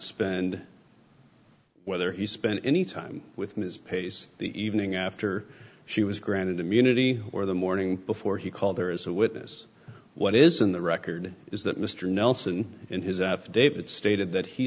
spend whether he spent any time with ms pace the evening after she was granted immunity or the morning before he called her as a witness what is in the record is that mr nelson in his affidavit stated that he